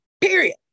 Period